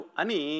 ani